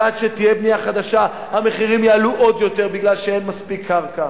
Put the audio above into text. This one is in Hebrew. ועד שתהיה בנייה חדשה המחירים יעלו עוד יותר כי אין מספיק קרקע.